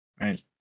right